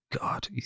God